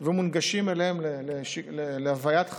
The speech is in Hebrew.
אליהם ומונגשים להוויית חייהם,